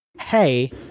hey